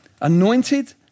Anointed